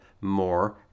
more